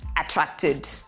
attracted